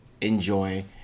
enjoy